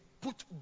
put